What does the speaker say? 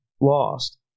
lost